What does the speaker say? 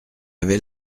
avait